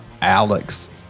Alex